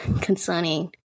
concerning